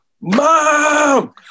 Mom